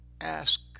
ask